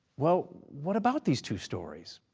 well what about these two stories?